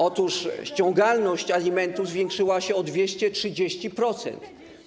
Otóż ściągalność alimentów zwiększyła się o 230%.